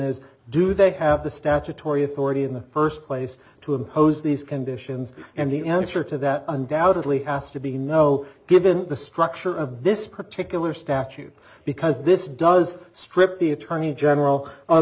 is do they have the statutory authority in the first place to impose these conditions and the answer to that undoubtedly has to be no given the structure of this particular statute because this does strip the attorney general